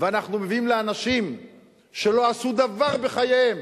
ואנחנו מביאים לאנשים שלא עשו דבר בחייהם,